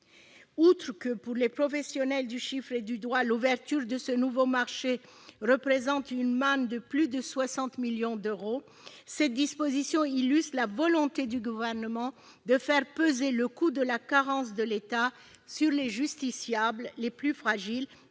Outre que, pour les professionnels du chiffre et du droit, l'ouverture de ce nouveau marché représente une manne de plus de 60 millions d'euros, cette disposition illustre la volonté du Gouvernement de faire peser le coût de la carence de l'État sur les justiciables les plus fragiles,